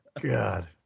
God